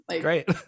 Great